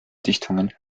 dichtungen